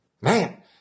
man